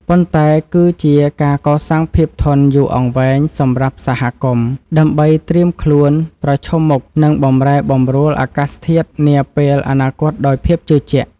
ប៉ុន្តែគឺជាការកសាងភាពធន់យូរអង្វែងសម្រាប់សហគមន៍ ដើម្បីត្រៀមខ្លួនប្រឈមមុខនឹងបម្រែបម្រួលអាកាសធាតុនាពេលអនាគតដោយភាពជឿជាក់។